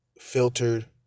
filtered